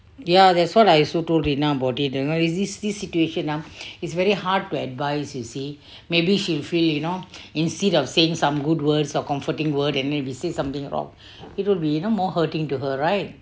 ya that's what I also told rina about it you know this this situation ah it's very hard to advise you see maybe she'll fell you know instead of saying some good words or comforting word and then we say something wrong it'll be you know more hurting to her right